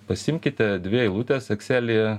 pasiimkite dvi eilutes eksely